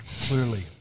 clearly